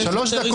אתה חצוף,